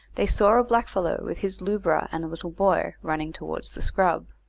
they saw a blackfellow with his lubra and a little boy, running towards the scrub.